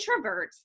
introverts